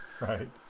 Right